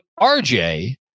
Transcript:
RJ